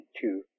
two